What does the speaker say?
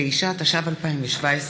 39), התשע"ז 2017,